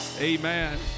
Amen